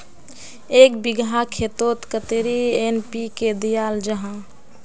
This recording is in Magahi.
एक बिगहा खेतोत कतेरी एन.पी.के दियाल जहा?